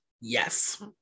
yes